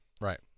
right